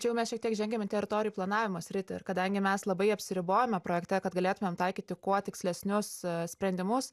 čia jau mes šiek tiek žengiam į teritorijų planavimo sritį ir kadangi mes labai apsiribojome projekte kad galėtumėm taikyti kuo tikslesnius sprendimus